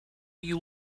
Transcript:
you